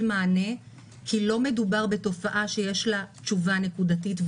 מענה כי לא מדובר בתופעה שיש לה תשובה נקודתית.